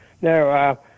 No